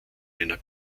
einer